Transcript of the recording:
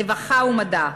רווחה ומדע.